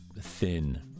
thin